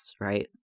right